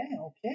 Okay